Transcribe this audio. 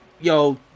yo